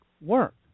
work